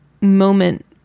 moment